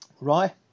Right